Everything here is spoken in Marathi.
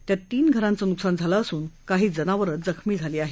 त्यात तीन घरांचं न्कसान झालं असून काही जनावरं जखमी झाली आहेत